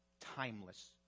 timeless